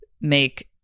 make